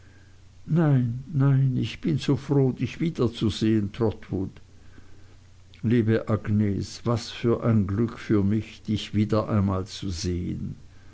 nein nein ich bin so froh dich wiederzusehen trotwood liebe agnes was für ein glück für mich dich wieder einmal zu sehen